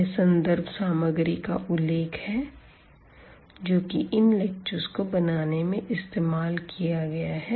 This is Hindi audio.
यह संदर्भ सामग्री का उल्लेख है जो इन लेक्चरस को बनाने में इस्तेमाल किए गए है